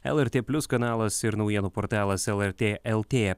lrt plius kanalas ir naujienų portalas lrt lt